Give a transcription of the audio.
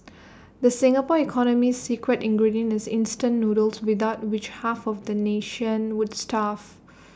the Singapore economy's secret ingredient is instant noodles without which half of the nation would starve